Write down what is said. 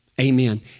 amen